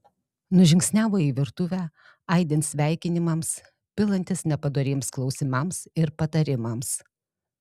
nužingsniavo į virtuvę aidint sveikinimams pilantis nepadoriems klausimams ir patarimams